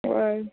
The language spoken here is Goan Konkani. होय